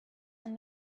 and